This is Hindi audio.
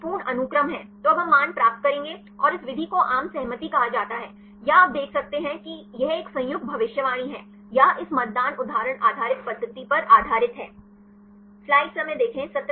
तो यह एक पूर्ण अनुक्रम है तो अब हम मान प्राप्त करेंगे और इस विधि को आम सहमति कहा जाता है या आप देख सकते हैं कि यह एक संयुक्त भविष्यवाणी है या इस मतदान उदाहरण आधारित पद्धति पर आधारित है